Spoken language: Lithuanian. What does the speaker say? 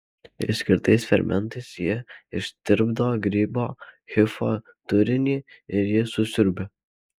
išskirtais fermentais jie ištirpdo grybo hifo turinį ir jį susiurbia